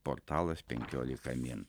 portalas penkiolika min